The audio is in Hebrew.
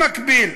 במקביל,